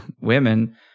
women